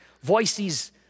Voices